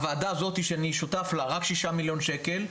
הוועדה הזו שאני שותף לה רק 6 מיליון שקל,